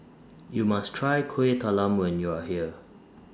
YOU must Try Kuih Talam when YOU Are here